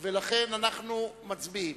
לכן, אנחנו מצביעים.